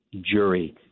jury